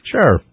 Sure